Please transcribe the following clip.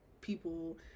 people